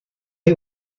chi